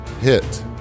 hit